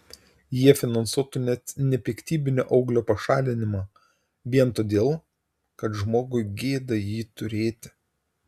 jie finansuotų net nepiktybinio auglio pašalinimą vien todėl kad žmogui gėda jį turėti